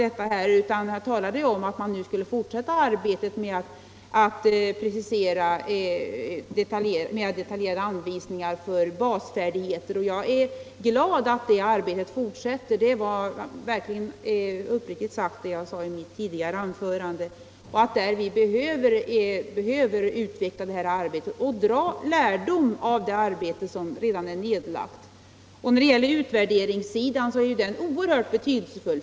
Man skall nu fortsätta arbetet med att precisera mera detaljerade anvisningar för basfärdigheter, och jag är glad att det arbetet fortsätter — det var vad jag sade i mitt tidigare anförande. Vi behöver utveckla detta arbete och dra lärdom av det arbete som redan är nedlagt. Utvärderingssidan är oerhört betydelsefull.